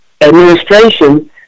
administration